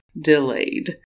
delayed